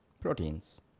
proteins